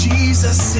Jesus